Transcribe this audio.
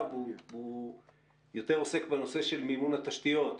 הוא יותר עוסק בנושא של מימון התשתיות.